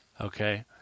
Okay